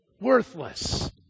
worthless